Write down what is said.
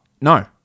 No